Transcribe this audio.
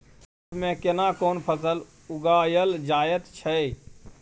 खरीफ में केना कोन फसल उगायल जायत छै?